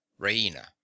raina